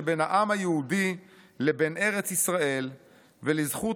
שבין העם היהודי לבין ארץ ישראל ולזכות